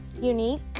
unique